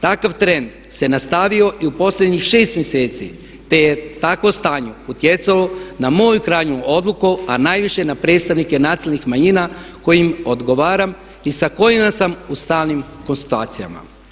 Takav trend se nastavio i u posljednjih šest mjeseci te je takvo stanje utjecalo na moju krajnju odluku, a najviše na predstavnike nacionalnih manjina kojim odgovaram i sa kojima sam u stalnim konzultacijama.